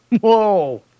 Whoa